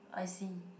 I see